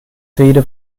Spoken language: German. rede